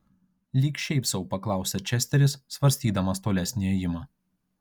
lyg šiaip sau paklausė česteris svarstydamas tolesnį ėjimą